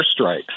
airstrikes